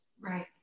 right